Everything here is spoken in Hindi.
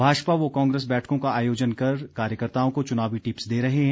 भाजपा व कांग्रेस बैठकों का आयोजन कर कार्यकर्ताओं को चुनावी टिप्स दे रहे हैं